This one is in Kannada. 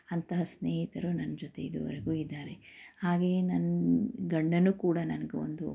ಅಂತಹ ಸ್ನೇಹಿತರು ನಮ್ಮ ಜೊತೆ ಇದುವರೆಗೂ ಇದ್ದಾರೆ ಹಾಗೆಯೇ ನನ್ನ ಗಂಡನೂ ಕೂಡ ನನಗೊಂದು